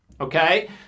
okay